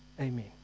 Amen